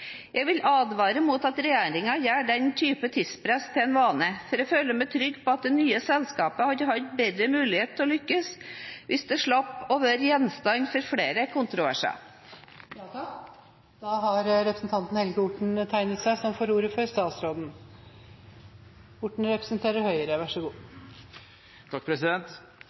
Jeg vil advare mot at regjeringen gjør denne typen tidspress til en vane, for jeg føler meg trygg på at det nye selskapet hadde hatt bedre mulighet til å lykkes hvis det slapp å være gjenstand for flere kontroverser. Jeg hadde strengt tatt ikke tenkt å ta ordet